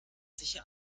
sicher